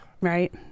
Right